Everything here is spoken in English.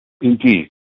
indeed